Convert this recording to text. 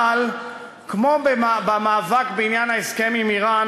אבל כמו במאבק בעניין ההסכם עם איראן,